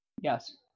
Yes